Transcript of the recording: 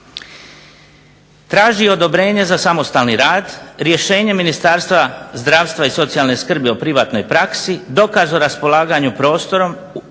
Traži odobrenje za samostalni rad, rješenje Ministarstva zdravstva i socijalne skrbi o privatnoj praksi, dokaz o raspolaganju prostorom, ugovor